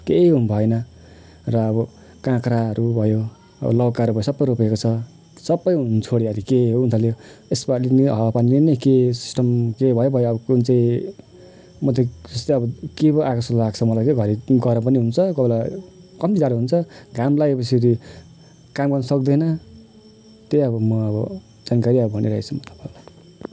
केही भएन र अब काँक्राहरू भयो लौकाहरू भयो सबै रोपेको छ सबै हुनछोड्यो अहिले के हुनथाल्यो यसो अलिअलि हावापानीले पनि के सिस्टम के भयो भयो अब कुन चाहिँ म त जस्तै अब के पो आएको जस्तो लाग्छ मलाई चाहिँ भरे त्यो गरम पनि हुन्छ कोही बेला कम्ती जाडो हुन्छ घाम लाग्योपछि फेरि काम गर्न सक्दैन त्यही अब म अब जानकारी अब भनिरहेछु